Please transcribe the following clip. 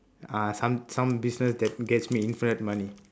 uh some some business that gets me infinite money